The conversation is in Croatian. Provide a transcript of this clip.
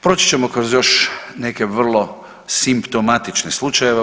Proći ćemo kroz još neke vrlo simptomatične slučajeve.